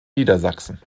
niedersachsen